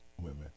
women